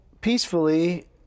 peacefully